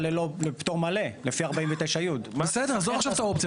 בפטור מלא לפי 49י. עזוב את האופציה,